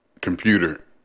computer